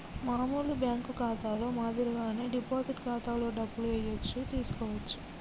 మామూలు బ్యేంకు ఖాతాలో మాదిరిగానే డిపాజిట్ ఖాతాలో డబ్బులు ఏయచ్చు తీసుకోవచ్చు